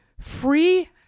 Free